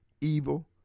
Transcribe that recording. evil